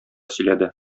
сөйләде